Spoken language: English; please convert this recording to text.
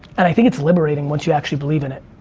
and i think it's liberating, once you actually believe in it.